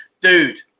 dude